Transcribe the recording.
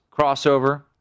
crossover